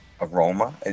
aroma